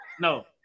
No